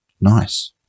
Nice